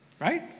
right